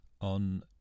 On